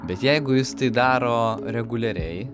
bet jeigu jis tai daro reguliariai